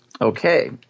Okay